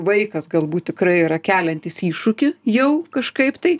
vaikas galbūt tikrai yra keliantis iššūkį jau kažkaip tai